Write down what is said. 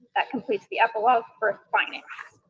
that completes the epilogue for finance.